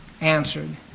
answered